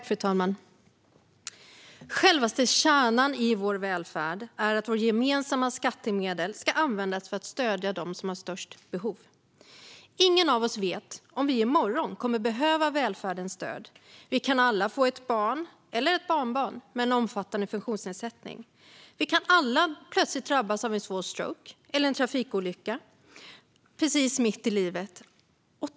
Fru talman! Självaste kärnan i vår välfärd är att våra gemensamma skattemedel ska användas för att stödja dem som har störst behov. Ingen av oss vet om vi i morgon kommer att behöva välfärdens stöd. Vi kan alla få ett barn eller ett barnbarn med en omfattande funktionsnedsättning. Vi kan alla plötsligt drabbas av en svår stroke eller en trafikolycka mitt i livet.